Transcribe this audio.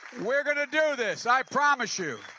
we are going to do this. i promise you.